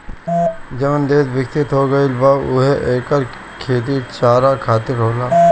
जवन देस बिकसित हो गईल बा उहा एकर खेती चारा खातिर होला